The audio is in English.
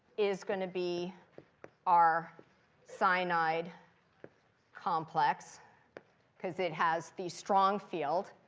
is going to be our cyanide complex because it has the strong field.